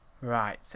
Right